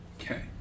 Okay